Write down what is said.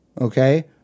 okay